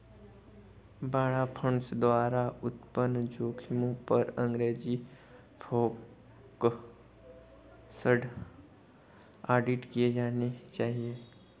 बाड़ा फंड्स द्वारा उत्पन्न जोखिमों पर अंग्रेजी फोकस्ड ऑडिट किए जाने चाहिए